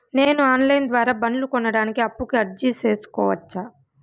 నేను online ద్వారా బండ్లు కొనడానికి అప్పుకి అర్జీ సేసుకోవచ్చా?